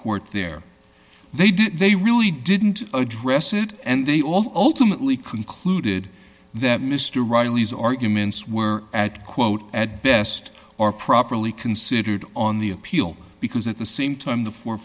court there they did they really didn't address it and they also ultimately concluded that mr riley's arguments were at quote at best or properly considered on the appeal because at the same time the four